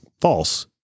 False